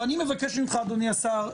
אני מבקש ממך אדוני השר,